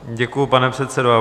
Děkuji, pane předsedo.